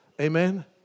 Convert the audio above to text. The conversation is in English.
Amen